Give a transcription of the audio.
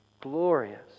Glorious